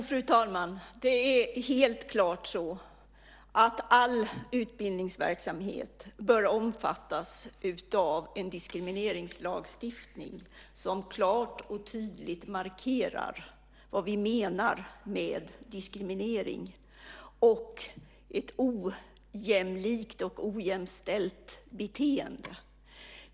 Fru talman! Det är helt klart så att all utbildningsverksamhet bör omfattas av en diskrimineringslagstiftning som klart och tydligt markerar vad vi menar med diskriminering och ett ojämlikt och ojämställt beteende.